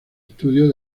estudio